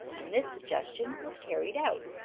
and this suggestion was carried out.